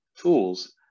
tools